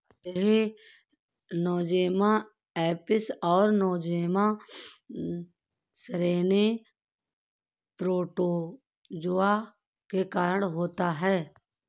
यह Nosema apis और Nosema ceranae protozoa के कारण होता है